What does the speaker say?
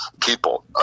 people